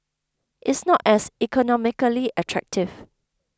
it's not as economically attractive